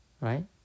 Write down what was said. right